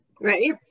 Right